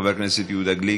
חבר הכנסת יהודה גליק,